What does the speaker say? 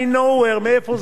מאיפה זה מגיע.